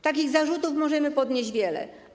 Takich zarzutów możemy podnieść wiele.